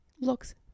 looks